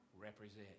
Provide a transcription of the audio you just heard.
represent